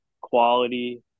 quality